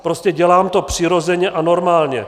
Prostě dělám to přirozeně a normálně.